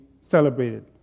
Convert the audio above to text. celebrated